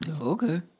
Okay